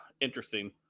interesting